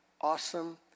awesome